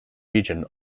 region